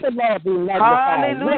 Hallelujah